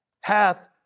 hath